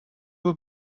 were